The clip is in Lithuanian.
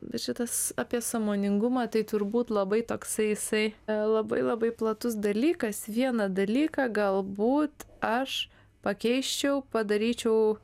bet šitas apie sąmoningumą tai turbūt labai toksai jisai labai labai platus dalykas vieną dalyką galbūt aš pakeisčiau padaryčiau